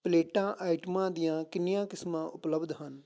ਪਲੇਟਾਂ ਆਈਟਮਾਂ ਦੀਆਂ ਕਿੰਨੀਆਂ ਕਿਸਮਾਂ ਉਪਲੱਬਧ ਹਨ